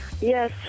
Yes